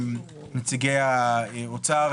נציגי האוצר,